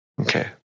Okay